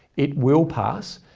it will pass.